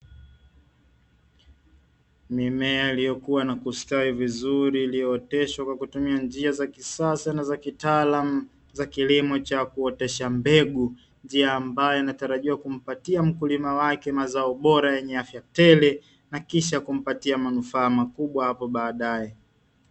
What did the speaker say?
Mimea iliyokua na kustawi vizuri iliyooteshwa kwa kutumia njia za kisasa na za kitaalamu za kilimo cha kuotesha mbegu, njia ambayo inahitajika kumpatia mkulima wake mazao bora yenye afya tele, na kisha kumpatia manufaa makubwa hapo baadae.